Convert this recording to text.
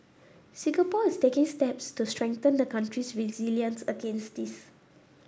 Singapore is taking steps to strengthen the country's resilience against this